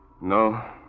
No